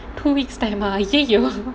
two weeks time ah !aiyoyo!